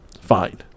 fine